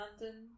London